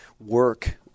work